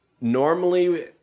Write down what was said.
normally